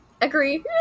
agree